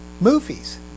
movies